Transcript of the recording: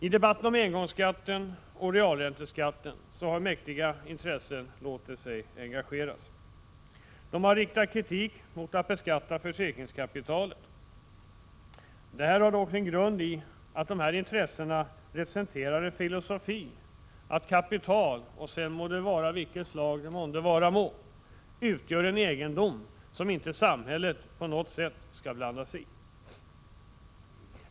I debatten om engångsskatten och realränteskatten har mäktiga intressen låtit sig engageras. Dessa har riktat kritik mot en beskattning av försäkringskapitalet. Det har dock sin grund i att dessa intressen representerar en filosofi att kapital — av vilket slag det än må vara — utgör en egendom som inte samhället på något sätt skall blanda sig i.